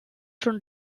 schon